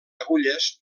agulles